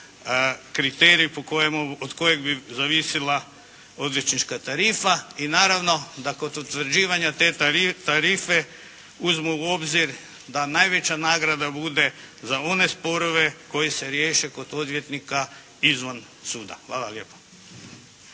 kriterij od kojeg bi zavisila odvjetnička tarifa. I naravno da kod utvrđivanja te tarife uzmu u obzir da najveća nagrada bude za one sporove koji se riješe kod odvjetnika izvan suda. Hvala lijepo.